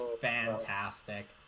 fantastic